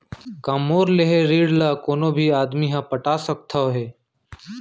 का मोर लेहे ऋण ला कोनो भी आदमी ह पटा सकथव हे?